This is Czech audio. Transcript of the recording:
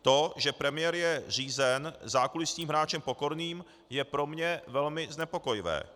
To, že premiér je řízen zákulisním hráčem Pokorným, je pro mě velmi znepokojivé.